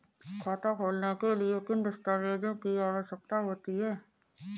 खाता खोलने के लिए किन दस्तावेजों की आवश्यकता होती है?